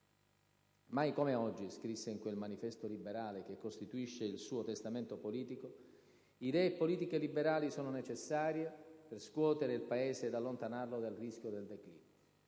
«Mai come oggi», scrisse in quel «Manifesto liberale» che costituisce il suo testamento politico, «idee e politiche liberali sono necessarie per scuotere il Paese ed allontanarlo dal rischio del declino».